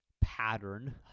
pattern